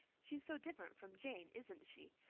she's so different from jane, isn't she?